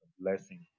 Blessing